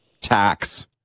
tax